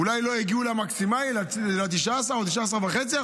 אולי לא הגיעו למקסימלי, ל-19% או ל-19.5%,